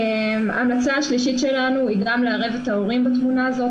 ההמלצה השלישית שלנו היא גם לערב את ההורים בתמונה הזאת,